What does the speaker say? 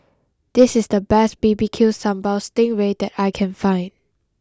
this is the best B B Q Sambal Sting Ray that I can find